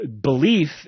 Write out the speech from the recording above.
belief